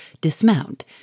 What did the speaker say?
dismount